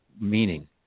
meaning